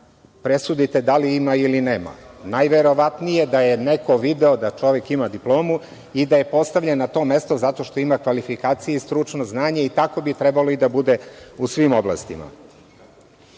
presudite da li ima ili nema. Najverovatnije da je neko video da čovek ima diplomu i da je postavljen na to mesto zato što ima kvalifikacije i stručno znanje, a tako bi i trebalo da bude u svim oblastima.Zašto